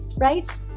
right?